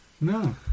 No